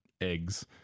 eggs